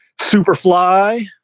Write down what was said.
Superfly